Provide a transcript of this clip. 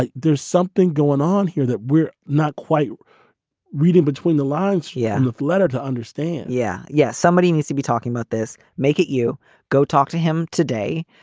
like there's something going on here that we're not quite reading between the lines. yeah. love letter to understand yeah. yeah. somebody needs to be talking about this. make it. you go talk to him today.